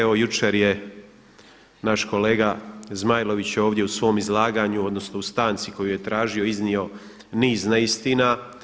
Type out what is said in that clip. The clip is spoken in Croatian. Evo jučer je naš kolega Zmajlović ovdje u svom izlaganju, odnosno u stanci koju je tražio iznio niz neistina.